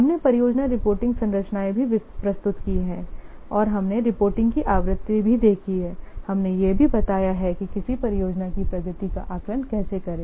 हमने परियोजना रिपोर्टिंग संरचनाएं भी प्रस्तुत की हैं और हमने रिपोर्टिंग की आवृत्ति भी देखी है हमने यह भी बताया है कि किसी परियोजना की प्रगति का आकलन कैसे करें